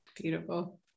Beautiful